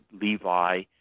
Levi